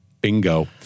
Bingo